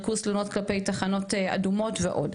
ריכוז תלונות כלפי תחנות אדומות ועוד.